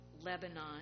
Lebanon